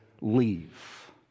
leave